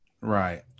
Right